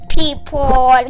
people